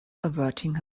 averting